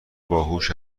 باهوش